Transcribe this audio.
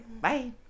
Bye